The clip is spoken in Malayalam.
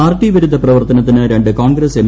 പാർട്ടി വിരുദ്ധ പ്രവർത്തനത്തിന് രണ്ട് കോൺഗ്രസ്സ് എം